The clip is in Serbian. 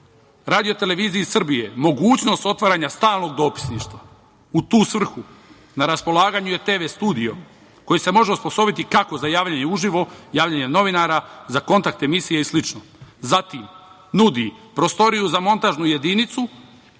narod ovdje, nudi RTS mogućnost otvaranja stalnog dopisništva. U tu svrhu na raspolaganju je TV studio koji se može osposobiti kako za javljanje uživo, javljanje novinara, za kontakt emisije i slično. Zatim, nudi prostoriju za montažnu jedinicu,